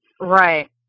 Right